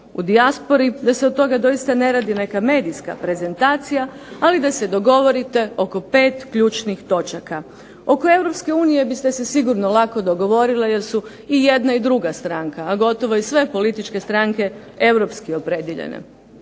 o dijaspori, da se od toga doista ne radi neka medijska prezentacija, ali da se dogovorite oko pet ključnih točaka. Oko Europske unije biste se sigurno lako dogovorile, jer su i jedna i druga stranka, a gotovo i sve političke stranke europski opredijeljene.